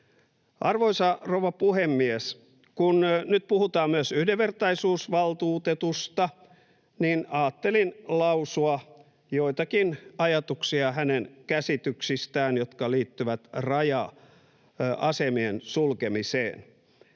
Arvoisa rouva puhemies! Kun nyt puhutaan myös yhdenvertaisuusvaltuutetusta, niin ajattelin lausua joitakin ajatuksia hänen käsityksistään, jotka liittyvät raja-asemien sulkemiseen.